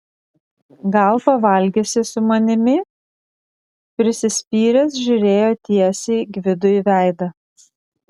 gal pavalgysi su manimi prisispyręs žiūrėjo tiesiai gvidui į veidą